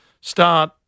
start